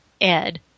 Ed